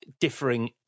differing